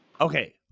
Okay